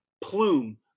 plume